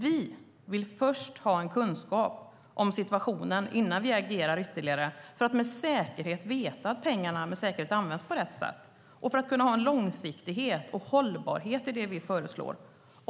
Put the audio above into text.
Vi vill först ha en kunskap om situationen innan vi agerar ytterligare för att med säkerhet veta att pengarna används på rätt sätt och för att kunna ha en långsiktighet och en hållbarhet i det vi föreslår.